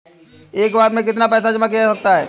एक बार में कितना पैसा जमा किया जा सकता है?